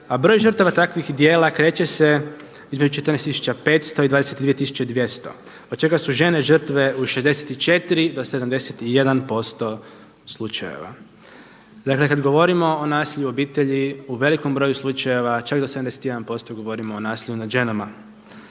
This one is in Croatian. a broj žrtava takvih djela kreće se između 14.500 i 22.200 od čega su žene žrtve u 64 do 71% slučajeva. Dakle kada govorimo o nasilju u obitelji u velikom broju slučajeva čak do 71% govorimo o nasilju nad ženama,